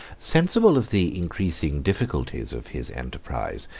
sensible of the increasing difficulties of his enterprise,